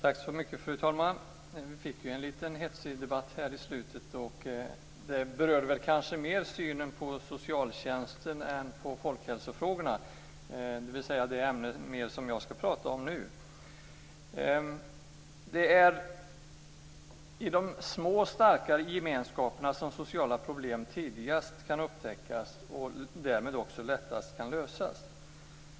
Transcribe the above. Fru talman! Vi fick en lite hetsig debatt i slutet av behandlingen av förra ärendet. Det berörde kanske mer synen på socialtjänsten än på folkhälsofrågorna, dvs. det ämne som jag skall prata om nu. Det är i de små starka gemenskaperna som sociala problem tidigast kan upptäckas och därmed också lättast kan lösas.